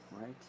right